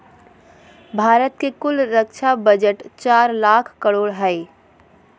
भारत के कुल रक्षा बजट चार लाख करोड़ हय